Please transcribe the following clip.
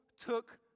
took